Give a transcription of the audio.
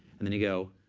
and then you go,